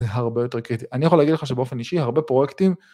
זה הרבה יותר קריטי. אני יכול להגיד לך שבאופן אישי, הרבה פרויקטים...